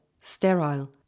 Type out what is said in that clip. sterile